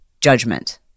judgment